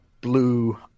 blue